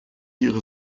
ihre